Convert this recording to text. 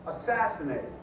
assassinated